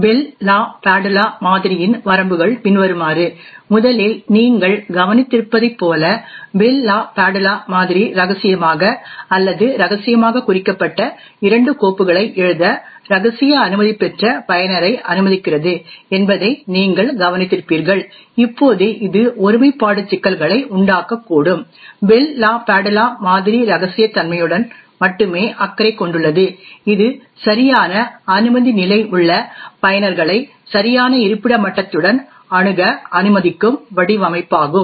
bell LaPadula மாதிரியின் வரம்புகள் பின்வருமாறு முதலில் நீங்கள் கவனித்திருப்பதைப் போல பெல் லாபாதுலா மாதிரி இரகசியமாக அல்லது இரகசியமாக குறிக்கப்பட்ட இரண்டு கோப்புகளை எழுத ரகசிய அனுமதி பெற்ற பயனரை அனுமதிக்கிறது என்பதை நீங்கள் கவனித்திருப்பீர்கள் இப்போது இது ஒருமைப்பாடு சிக்கல்களை உண்டாக்ககூடும் பெல் லாபாதுலா மாதிரி இரகசியத்தன்மையுடன் மட்டுமே அக்கறை கொண்டுள்ளது இது சரியான அனுமதி நிலை உள்ள பயனர்களை சரியான இருப்பிட மட்டத்துடன் அணுக அனுமதிக்கும் வடிவமைப்பாகும்